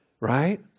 right